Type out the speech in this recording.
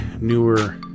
newer